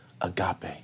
agape